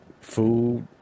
Food